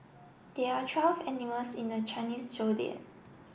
there are travel animals in the Chinese Zodiac